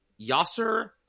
Yasser